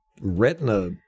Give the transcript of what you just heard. retina